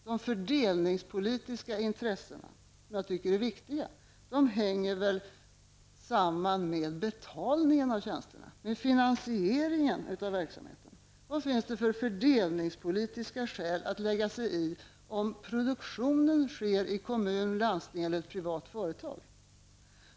De fördelningspolitiska intressena, som jag tycker är viktiga, hänger väl samman med betalningen av tjänsterna, med finansieringen av verksamheten. Vilka fördelningspolitiska skäl finns det att lägga sig i om produktionen sker i kommun, landsting eller privata företag?